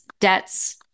debts